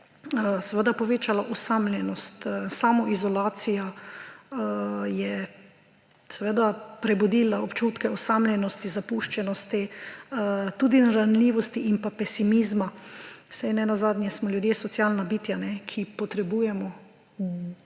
seveda povečalo osamljenost. Samoizolacija je seveda prebudila občutke osamljenosti, zapuščenosti, tudi ranljivosti in pesimizma, saj nenazadnje smo ljudje socialna bitja, ki potrebujemo